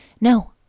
no